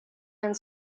and